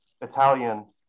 Italian